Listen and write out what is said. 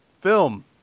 film